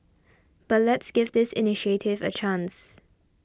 but let's give this initiative a chance